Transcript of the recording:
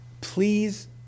Please